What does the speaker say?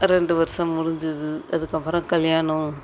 ரெண்டு வருஷம் முடிஞ்சுது அதுக்கப்புறம் கல்யாணம்